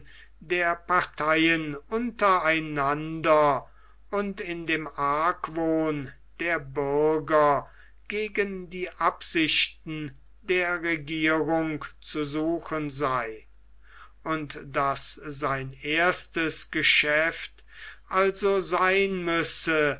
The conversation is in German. der parteien unter einander und in dem argwohn der bürger gegen die absichten der regierung zu suchen sei und daß sein erstes geschäft also sein müsse